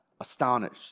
astonished